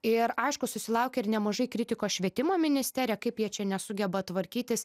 ir aišku susilaukė ir nemažai kritikos švietimo ministerija kaip jie čia nesugeba tvarkytis